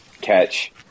catch